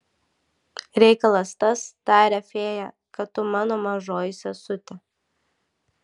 reikalas tas taria fėja kad tu mano mažoji sesutė